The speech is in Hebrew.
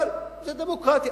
אבל זו דמוקרטיה.